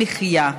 למחיה.